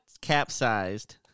capsized